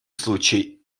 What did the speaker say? случай